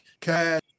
cash